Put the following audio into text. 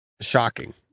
shocking